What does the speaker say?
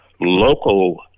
local